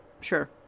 sure